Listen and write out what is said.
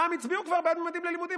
רע"מ הצביעו כבר בעד ממדים ללימודים.